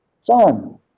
son